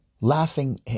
Laughing